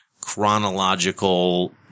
chronological